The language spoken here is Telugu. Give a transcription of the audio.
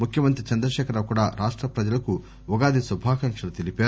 ముఖ్యమంత్రి చంద్ర శేఖర రావు కూడా రాష్ట ప్రజలకు ఉగాది శుభాకాంక్షలు తెలిపారు